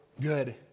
good